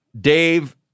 Dave